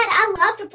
and i love to but